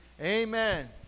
Amen